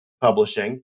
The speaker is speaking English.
publishing